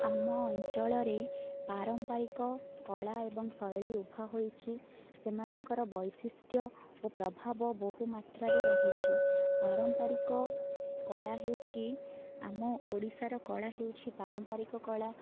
ଆମ ଅଞ୍ଚଳରେ ପାରମ୍ପାରିକ କଳା ଏବଂ ଶୈଳୀ ଉଭା ହୋଇଛି ସେମାନଙ୍କର ବୈଶିଷ୍ଟ୍ୟ ଓ ପ୍ରଭାବ ବହୁ ମାତ୍ରାରେ ରହିଛି ପାରମ୍ପାରିକ କଳା ହେଉଛି ଆମ ଓଡ଼ିଶାର କଳା ହେଉଛି ପାରମ୍ପାରିକ କଳା